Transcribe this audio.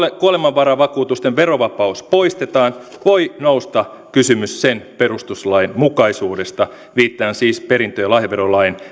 kuolemanvaravakuutusten verovapaus poistetaan voi nousta kysymys sen perustuslainmukaisuudesta viittaan siis perintö ja lahjaverolain